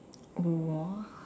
what